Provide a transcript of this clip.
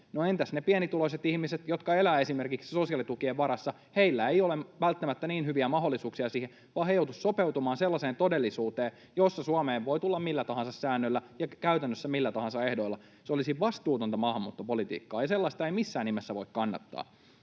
entäs ne pienituloiset ihmiset, jotka elävät esimerkiksi sosiaalitukien varassa? Heillä ei ole välttämättä niin hyviä mahdollisuuksia siihen, vaan he joutuisivat sopeutumaan sellaiseen todellisuuteen, jossa Suomeen voi tulla millä tahansa säännöillä ja käytännössä millä tahansa ehdoilla. Se olisi vastuutonta maahanmuuttopolitiikkaa, ja sellaista ei missään nimessä voi kannattaa.